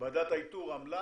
ועדת האיתור עמלה